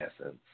essence